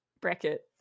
bracket